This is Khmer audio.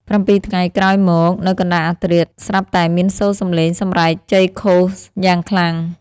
៧ ថ្ងៃក្រោយមក នៅកណ្ដាលអាធ្រាត្រ ស្រាប់តែមានសូរសម្លេងសម្រែកជ័យឃោសយ៉ាងខ្លាំង។